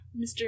Mr